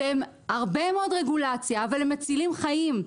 שזה הרבה רגולציה אבל זה מציל חיים.